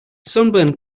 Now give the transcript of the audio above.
sunburn